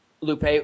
Lupe